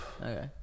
okay